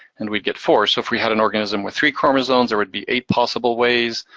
and we get four. so if we had an organism with three chromosomes, there would be eight possible ways.